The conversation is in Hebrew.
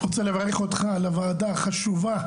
רוצה לברך אותך על הוועדה החשובה,